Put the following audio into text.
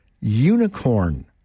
unicorn